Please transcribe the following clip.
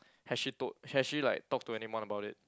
has she told has she like talked to anyone about it